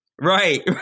Right